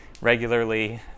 regularly